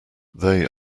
they